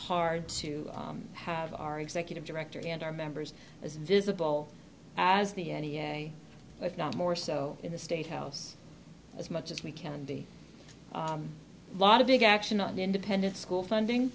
hard to have our executive director and our members as visible as the n e a if not more so in the state house as much as we can be a lot of big action on independent school funding